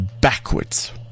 backwards